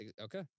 Okay